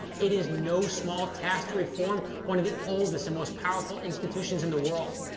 it is no small task to reform one of the oldest and most powerful institutions in the world,